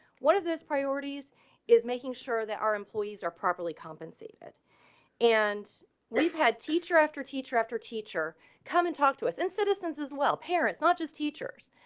one of those priorities is making sure that our employees are properly compensated and we've had teacher after teacher after teacher come and talk to us and citizens as well. parents, not just teachers,